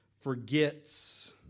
forgets